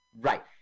Right